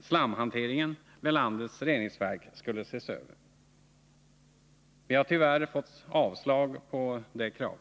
slamhanteringen vid landets reningsverk skulle ses över. Vi har tyvärr fått avslag på detta krav.